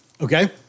Okay